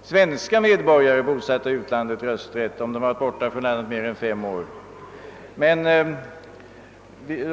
för svenska medborgare bosatta i utlandet, om de har varit borta från landet mer än fem år.